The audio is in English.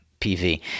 PV